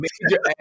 major